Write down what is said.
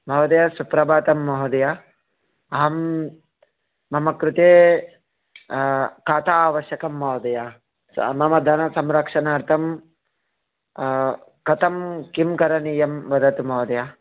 महोदय सुप्रभातं महोदय अहं मम कृते खाता आवश्यकं महोदया मम धनसंरक्षणार्थं कथं किं करणीयं वदतु महोदय